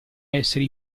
essere